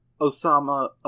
Osama